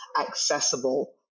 accessible